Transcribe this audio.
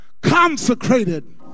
consecrated